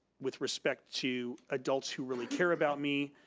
with respect to adults who really care about me,